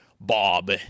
bob